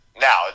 Now